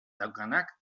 daukanak